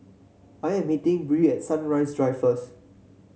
I am meeting Bree at Sunrise Drive first